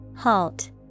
Halt